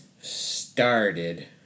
started